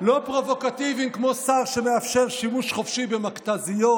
כמו שר שמאפשר שימוש חופשי במכת"זיות,